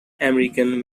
american